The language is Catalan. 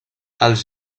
els